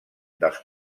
dels